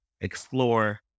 explore